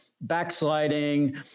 backsliding